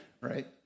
right